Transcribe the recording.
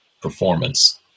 performance